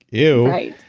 ew right.